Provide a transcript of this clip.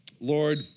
Lord